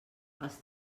els